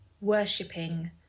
worshipping